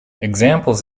examples